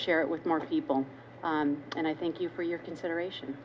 share it with more people and i thank you for your consideration